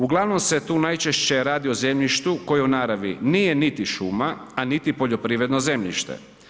Uglavnom se tu najčešće radi o zemljištu koje u naravi nije niti šuma, a niti poljoprivredno zemljište.